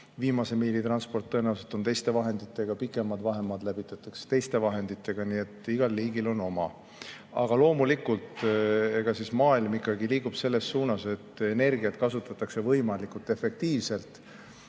Viimase miili transport tõenäoliselt [toimub] teiste vahenditega, pikemad vahemaad läbitakse teiste vahenditega, nii et igal liigil on oma. Aga loomulikult, maailm liigub ikkagi selles suunas, et energiat kasutatakse võimalikult efektiivselt.